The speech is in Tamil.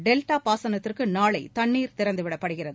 டெல்டா பாசனத்திற்கு நாளை தண்ணீர் திறந்துவிடப்படுகிறது